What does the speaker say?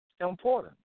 important